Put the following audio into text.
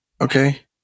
Okay